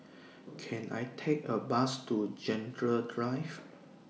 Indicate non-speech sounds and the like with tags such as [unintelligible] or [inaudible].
Can I Take A Bus to [unintelligible] Drive